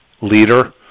leader